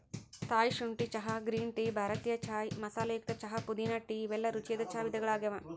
Thai ಶುಂಠಿ ಚಹಾ, green tea, ಭಾರತೇಯ ಚಾಯ್ ಮಸಾಲೆಯುಕ್ತ ಚಹಾ, ಪುದೇನಾ ಟೇ ಇವೆಲ್ಲ ರುಚಿಯಾದ ಚಾ ವಿಧಗಳಗ್ಯಾವ